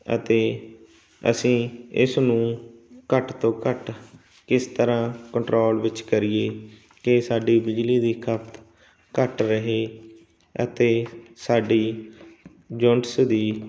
ਅਤੇ ਅਸੀਂ ਇਸ ਨੂੰ ਘੱਟ ਤੋਂ ਘੱਟ ਕਿਸ ਤਰ੍ਹਾਂ ਕੰਟਰੋਲ ਵਿੱਚ ਕਰੀਏ ਕਿ ਸਾਡੀ ਬਿਜਲੀ ਦੀ ਖਪਤ ਘੱਟ ਰਹੇ ਅਤੇ ਸਾਡੀ ਯੂਨਿਟਸ ਦੀ